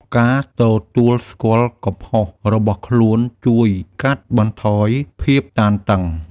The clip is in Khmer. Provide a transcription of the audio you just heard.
ការទទួលស្គាល់កំហុសរបស់ខ្លួនជួយកាត់បន្ថយភាពតានតឹង។